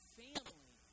family